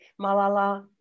Malala